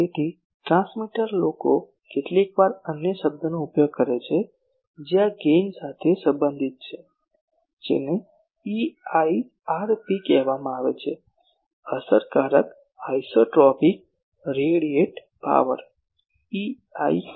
તેથી ટ્રાન્સમીટર લોકો કેટલીકવાર અન્ય શબ્દનો ઉપયોગ કરે છે જે આ ગેઇન સાથે સંબંધિત છે જેને EIRP કહેવામાં આવે છે અસરકારક આઇસોટ્રોપિક રેડિએટ પાવર EIRP